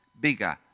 bigger